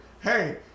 hey